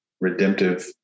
redemptive